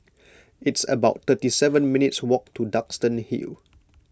it's about thirty seven minutes' walk to Duxton Hill